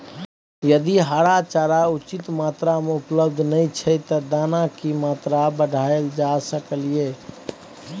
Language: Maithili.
यदि हरा चारा उचित मात्रा में उपलब्ध नय छै ते दाना की मात्रा बढायल जा सकलिए?